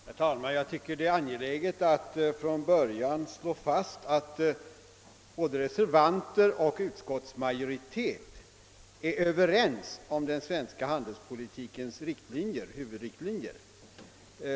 Herr talman! Jag tycker det är angeläget att från början slå fast att såväl reservanterna som utskottsmajoriteten är överens om den svenska handelspo litikens huvudlinjer.